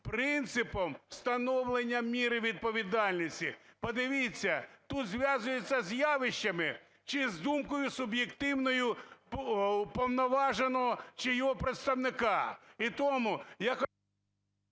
принципом встановлення міри відповідальності. Подивіться, тут зв'язується з явищами чи з думкою суб'єктивною уповноваженого чи його представника.